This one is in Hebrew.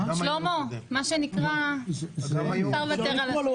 שלמה, אפשר לוותר על השאלה.